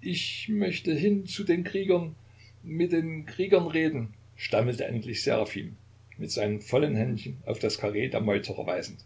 ich möchte hin zu den kriegern mit den kriegern reden stammelte endlich seraphim mit seinen vollen händchen auf das karree der meuterer weisend